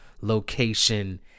location